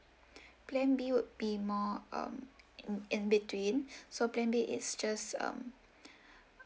plan B would be more um in in between so plan B is just um